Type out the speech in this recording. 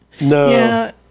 No